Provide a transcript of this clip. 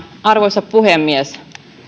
arvoisa puhemies